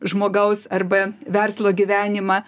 žmogaus arba verslo gyvenimą